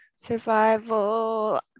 Survival